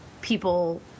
people